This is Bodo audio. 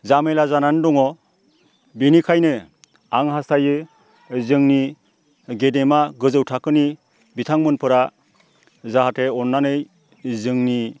जामेला जानानै दङ बेनिखायनो आं हास्थायो जोंनि गेदेमा गोजौ थाखोनि बिथांमोनफोरा जाहाथे अननानै जोंनि